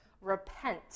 Repent